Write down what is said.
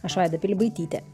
aš vaida pilibaitytė